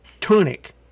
tunic